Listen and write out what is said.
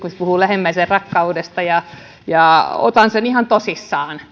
puhuu lähimmäisenrakkaudesta ja otan sen ihan tosissani